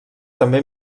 també